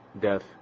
death